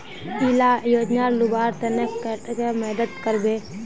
इला योजनार लुबार तने कैडा मदद करबे?